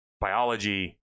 biology